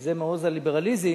שזה מעוז הליברליזם,